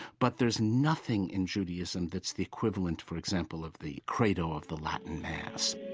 but there's nothing in judaism that's the equivalent, for example, of the credo of the latin mass